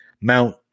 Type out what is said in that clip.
Mount